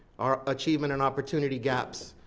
or achievement and opportunity gaps,